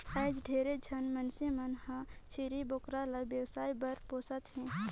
आयज ढेरे झन मइनसे मन हर छेरी बोकरा ल बेवसाय बर पोसत हें